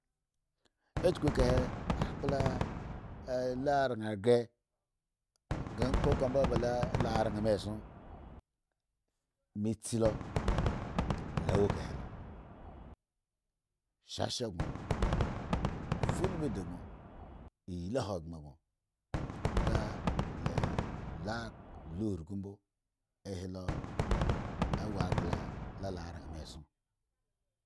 Echuku ekahe akpla la ran hgre la ran me eson me tsilo, lo wo ekahelo, shasha gon, fuulbi digon iyili ahobren gon anga le la urgu mbo. ahelo wo akpla la ranme eson.